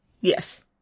yes